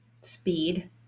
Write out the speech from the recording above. speed